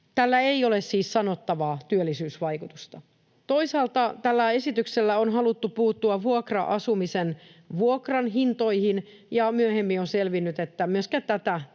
Tällä ei ole siis sanottavaa työllisyysvaikutusta. Toisaalta tällä esityksellä on haluttu puuttua vuokra-asumisen vuokrahintoihin, ja myöhemmin on selvinnyt, että myöskään tätä tällä